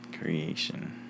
Creation